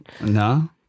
No